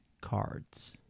cards